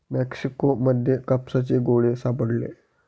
Mexico मध्ये कापसाचे गोळे सापडले